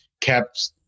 kept